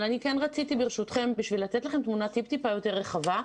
אבל בשביל לתת לכם תמונה טיפה יותר רחבה,